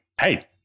hey